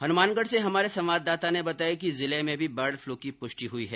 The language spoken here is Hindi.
हनुमानगढ़ से हमारे संवाददाता ने बताया कि जिले में भी बर्ड पलू की पुष्टि हुई है